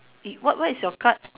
what what is your card